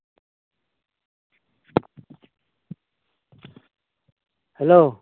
hello